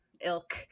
ilk